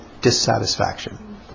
dissatisfaction